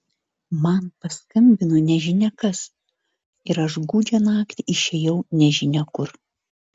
man paskambino nežinia kas ir aš gūdžią naktį išėjau nežinia kur